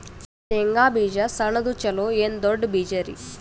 ಶೇಂಗಾ ಬೀಜ ಸಣ್ಣದು ಚಲೋ ಏನ್ ದೊಡ್ಡ ಬೀಜರಿ?